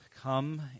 come